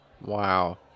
Wow